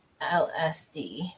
LSD